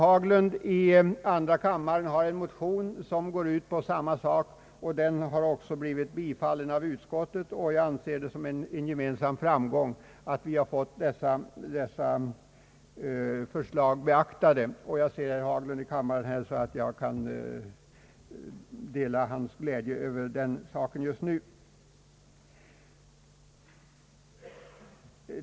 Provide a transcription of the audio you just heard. Herr Haglund i andra kammaren har väckt en motion som går ut på samma sak. Motionen har biträtts av utskottet. Jag anser det som en gemensam framgång att våra förslag har beaktats. Eftersom jag ser att herr Haglund har kommit in i kammaren kan jag delta i den glädje han förmodligen känner.